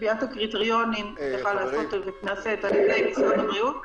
שקביעת הקריטריונים נעשית על-ידי משרד הבריאות.